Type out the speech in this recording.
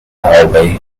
hallway